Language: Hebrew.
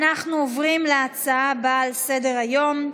אנחנו עוברים להצעה הבאה על סדר-היום,